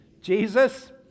Jesus